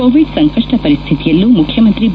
Covid ಸಂಕಷ್ಟ ಪರಿಸ್ಥಿತಿಯಲ್ಲೂ ಮುಖ್ಯಮಂತ್ರಿ ಬಿ